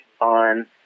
on